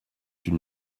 une